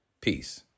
Peace